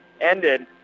ended